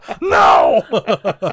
No